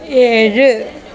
ഏഴ്